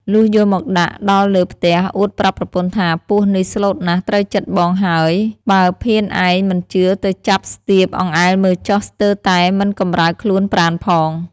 លុះយកមកដាក់ ដល់លើផ្ទះអួតប្រាប់ប្រពន្ធថា “ពស់នេះស្លូតណាស់ត្រូវចិត្ដបងហើយ បើភានឯងមិនជឿទៅចាប់ស្ទាប អង្អែលមើលចុះ ស្ទើរតែមិនកំរើកខ្លួនប្រាណផង” ។